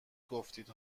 گفت